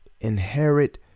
inherit